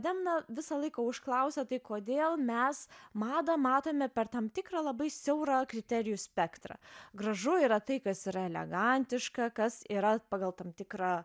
demna visą laiką užklausia tai kodėl mes madą matome per tam tikrą labai siaurą kriterijų spektrą gražu yra tai kas yra elegantiška kas yra pagal tam tikrą